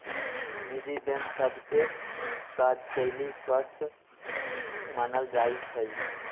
निजी बैंक सभ के काजशैली स्वस्थ मानल जाइ छइ